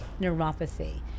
neuropathy